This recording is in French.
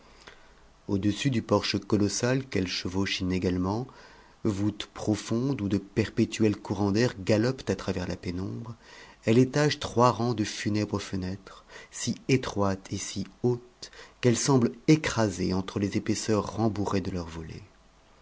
au-dessus du porche colossal qu'elle chevauche inégalement voûte profonde où de perpétuels courants d'air galopent à travers la pénombre elle étage trois rangs de funèbres fenêtres si étroites et si hautes qu'elles semblent écrasées entre les épaisseurs rembourrées de leurs volets